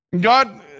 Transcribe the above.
God